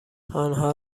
آنها